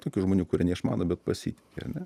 tokių žmonių kurie neišmano bet pasitiki ane